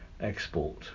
export